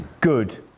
good